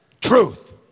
truth